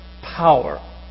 power